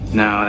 no